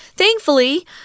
Thankfully